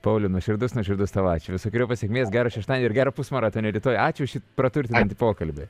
pauliau nuoširdus nuoširdus tau ačiū visokeriopos sėkmės gero šeštadienio ir gero pusmaratonio rytoj ačiū už šį praturtinantį pokalbį